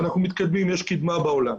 אנחנו מתקדמים ויש קדמה בעולם.